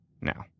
now